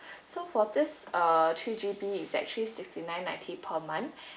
so for this uh three G B is actually sixty nine ninety per month